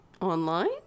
online